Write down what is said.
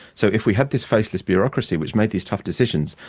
so if we had this faceless bureaucracy which made these tough decisions,